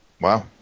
Wow